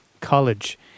college